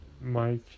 Mike